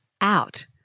out